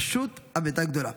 פשוט אבדה גדולה.